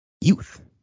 Youth